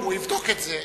הוא יבדוק את זה.